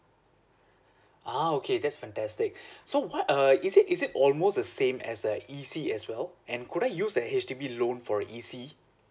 ah okay that's fantastic so what uh is it is it almost the same as a E_C as well and could I use the H_D_B loan for a E_C